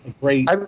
great